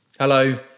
Hello